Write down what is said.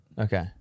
okay